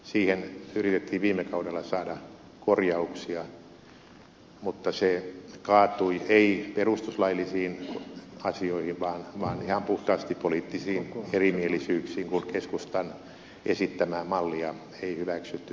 siihen yritettiin viime kaudella saada korjauksia mutta se kaatui ei perustuslaillisiin asioihin vaan ihan puhtaasti poliittisiin erimielisyyksiin kun keskustan esittämää mallia ei hyväksytty